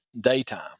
daytime